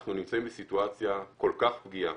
אנחנו נמצאים בסיטואציה כל כך פגיעה